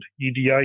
EDI